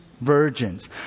virgins